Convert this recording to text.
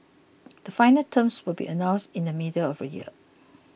the final items will be announced in the middle of the year